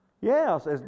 Yes